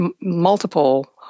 multiple